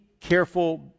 Careful